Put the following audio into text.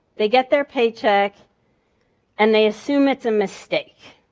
they get their paycheck and they assume it's a mistake.